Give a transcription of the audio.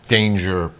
Danger